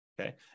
Okay